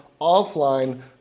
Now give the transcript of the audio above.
offline